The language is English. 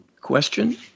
question